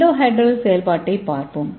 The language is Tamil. எண்டோஹெட்ரல் செயல்பாட்டைப் பார்ப்போம்